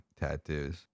tattoos